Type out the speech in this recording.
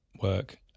work